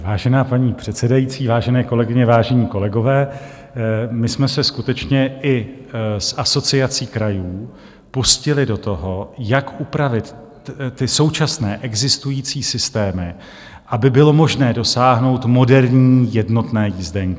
Vážená paní předsedající, vážené kolegyně, vážení kolegové, my jsme se skutečně i s Asociací krajů pustili do toho, jak upravit současné existující systémy, aby bylo možné dosáhnout moderní jednotné jízdenky.